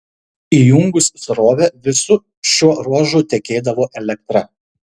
įjungus srovę visu šiuo ruožu tekėdavo elektra